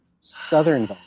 southern